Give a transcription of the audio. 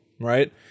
right